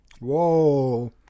Whoa